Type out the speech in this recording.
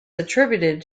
attributed